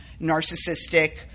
narcissistic